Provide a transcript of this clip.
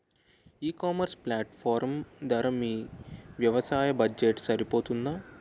ఈ ecommerce platform ధర మీ వ్యవసాయ బడ్జెట్ సరిపోతుందా?